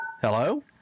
Hello